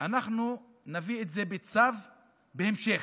אנחנו נביא את זה בצו בהמשך,